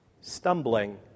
stumbling